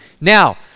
Now